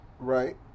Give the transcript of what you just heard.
Right